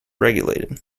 regulated